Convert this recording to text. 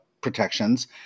protections